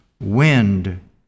Wind